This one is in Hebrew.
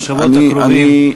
בשבועות הקרובים,